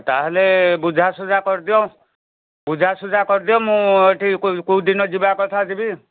ତା'ହେଲେ ବୁଝାସୁଝା କରିଦିଅ ବୁଝାସୁଝା କରିଦିଅ ମୁଁ ଏଠି କେଉଁ ଦିନ ଯିବା କଥା ଯିବି